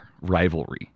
rivalry